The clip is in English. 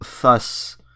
thus